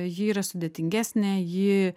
ji yra sudėtingesnė ji